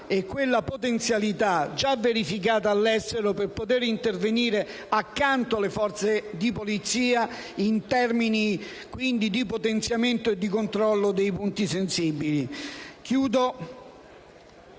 e potenzialità, già verificata all'estero, per poter intervenire accanto alle forze di polizia in termini di potenziamento e controllo dei punti sensibili. Concludo